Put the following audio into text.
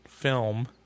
Film